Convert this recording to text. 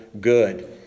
good